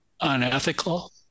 unethical